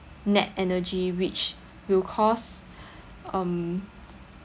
net energy which will cause um